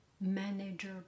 manager